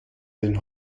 den